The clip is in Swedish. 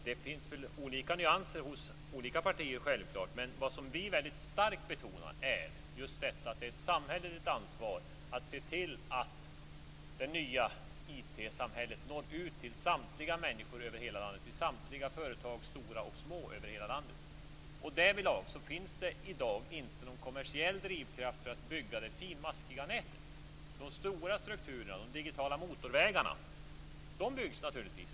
Det finns självfallet olika nyanser hos olika partier, men det som vi så starkt betonar är att det är ett samhälleligt ansvar att se till att det nya IT-samhället når ut till samtliga människor och till samtliga företag - stora som små - över hela landet. Därvidlag finns det i dag inte någon kommersiell drivkraft för att bygga det finmaskiga nätet. De stora strukturerna, de digitala motorvägarna, byggs naturligtvis.